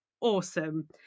awesome